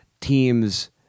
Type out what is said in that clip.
teams